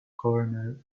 cornell